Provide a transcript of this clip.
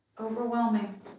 Overwhelming